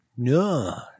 no